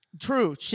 True